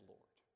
Lord